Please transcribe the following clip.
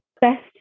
Best